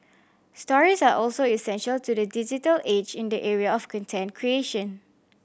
stories are also essential to the digital age in the area of content creation